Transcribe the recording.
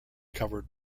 covered